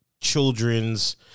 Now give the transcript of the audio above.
Children's